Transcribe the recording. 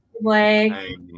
Blake